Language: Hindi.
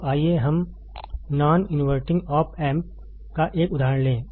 तो आइए हम नॉन इनवर्टिंग आप एम्प का एक उदाहरण लें